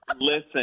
Listen